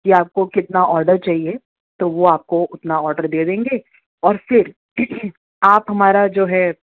کہ آپ کو کتنا آڈر چاہیے تو وہ آپ کو اتنا آڈر دے دیں گے اور پھر آپ ہمارا جو ہے